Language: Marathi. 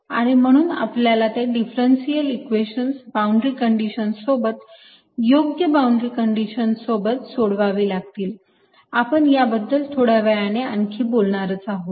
आणि म्हणून आपल्याला ते डिफरन्शिअल इक्वेशन्स बाउंड्री कंडिशन्स सोबत योग्य बाउंड्री कंडिशन्स सोबत सोडवावी लागतील आपण या बद्दल थोड्यावेळाने आणखी बोलणारच आहोत